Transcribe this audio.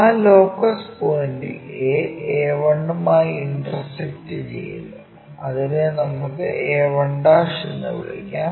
ആ ലോക്കസ് പോയിന്റിൽ a a1 മായി ഇന്റർസെക്റ്റു ചെയ്യുന്നു അതിനെ നമുക്ക് a1' എന്ന് വിളിക്കാം